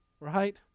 right